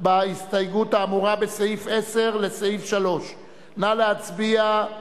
בהסתייגות האמורה בסעיף 10 לסעיף 3. נא להצביע,